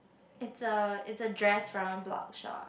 it's a it's a dress from a blog shop